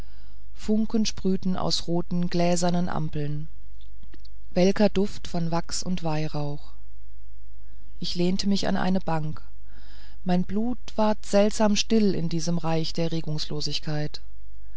funken sprühten aus roten gläsernen ampeln welker duft von wachs und weihrauch ich lehnte mich in eine bank mein blut ward seltsam still in diesem reich der regungslosigkeit